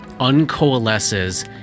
uncoalesces